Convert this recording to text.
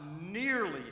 nearly